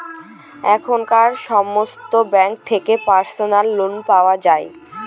এখনকার সময়তো ব্যাঙ্ক থেকে পার্সোনাল লোন পাওয়া যায়